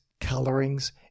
colorings